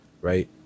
right